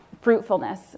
fruitfulness